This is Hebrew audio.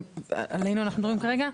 עלינו אנחנו מדברים כרגע,